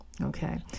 Okay